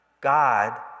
God